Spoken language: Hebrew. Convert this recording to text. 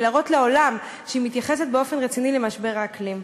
ולהראות לעולם שהיא מתייחסת באופן רציני למשבר האקלים.